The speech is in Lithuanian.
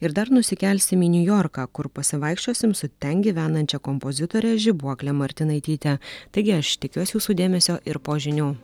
ir dar nusikelsim į niujorką kur pasivaikščiosim su ten gyvenančia kompozitore žibuokle martinaityte taigi aš tikiuos jūsų dėmesio ir po žinių